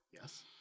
Yes